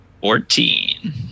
Fourteen